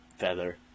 feather